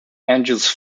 angels